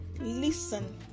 listen